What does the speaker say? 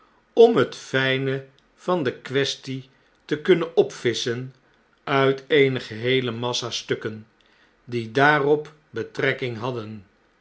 om het fijne van de quaestie te kunnen opvisschen uit eene geheele massa stukken die daarop betrekking hadden